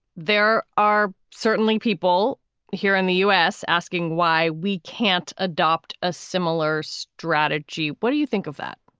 there are certainly people here in the u s. asking why we can't adopt a similar strategy. what do you think of that?